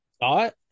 thought